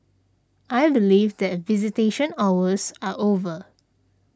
I believe that visitation hours are over